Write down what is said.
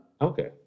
Okay